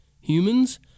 Humans